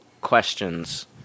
questions